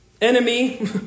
enemy